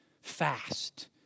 fast